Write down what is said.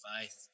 faith